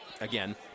again